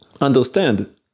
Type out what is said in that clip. Understand